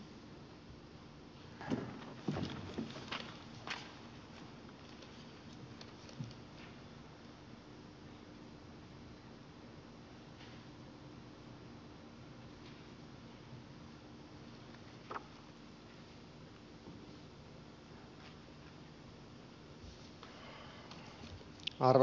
arvoisa puhemies